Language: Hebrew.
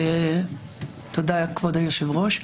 תודה כבוד היו"ר.